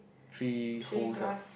three holes ah